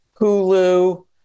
Hulu